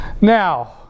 Now